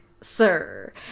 sir